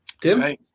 Tim